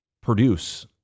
produce